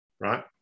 right